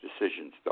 decisions